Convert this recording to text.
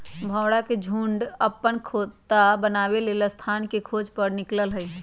भौरा के झुण्ड अप्पन खोता बनाबे लेल स्थान के खोज पर निकलल हइ